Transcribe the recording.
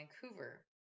Vancouver